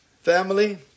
family